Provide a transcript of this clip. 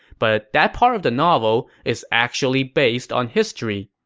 but that part of the novel is actually based on history.